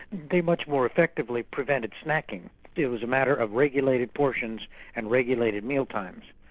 they much more effectively prevented snacking it was a matter of regulated portions and regulated meal times,